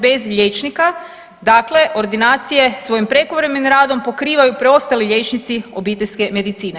bez liječnika, dakle ordinacije svojim prekovremenim radom pokrivaju preostali liječnici obiteljske medicine.